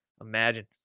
Imagine